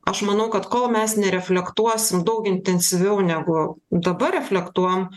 aš manau kad kol mes nereflektuosim daug intensyviau negu dabar reflektuojam